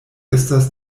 estas